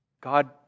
God